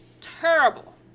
Terrible